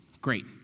Great